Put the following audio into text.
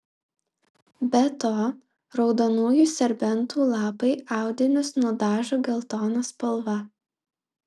be to raudonųjų serbentų lapai audinius nudažo geltona spalva